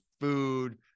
food